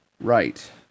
Right